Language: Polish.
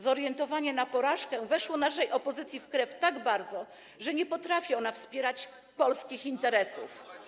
Zorientowanie na porażkę weszło naszej opozycji w krew tak bardzo, że nie potrafi ona wspierać polskich interesów.